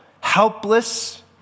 helpless